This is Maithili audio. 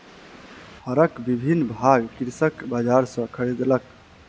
हरक विभिन्न भाग कृषक बजार सॅ खरीदलक